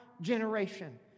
generation